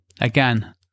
Again